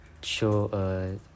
show